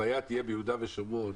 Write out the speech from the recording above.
הבעיה תהיה ביהודה ושומרון,